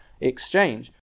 exchange